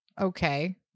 okay